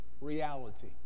reality